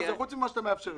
לא, זה חוץ ממה שאתה מאפשר לי.